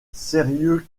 sérieux